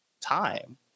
time